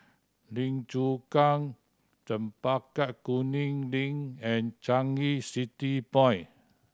Lim Chu Kang Chempaka Kuning Link and Changi City Point